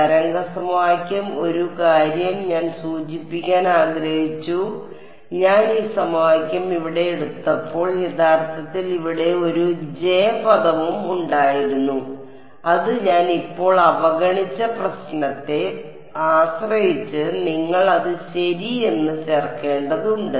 തരംഗ സമവാക്യം ഒരു കാര്യം ഞാൻ സൂചിപ്പിക്കാൻ ആഗ്രഹിച്ചു ഞാൻ ഈ സമവാക്യം ഇവിടെ എടുത്തപ്പോൾ യഥാർത്ഥത്തിൽ ഇവിടെ ഒരു J പദവും ഉണ്ടായിരുന്നു അത് ഞാൻ ഇപ്പോൾ അവഗണിച്ച പ്രശ്നത്തെ ആശ്രയിച്ച് നിങ്ങൾ അത് ശരി എന്ന് ചേർക്കേണ്ടതുണ്ട്